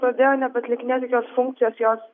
pradėjo nebeatlikinėti funkcijos jos